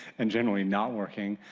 and generally not working.